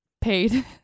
Paid